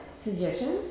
suggestions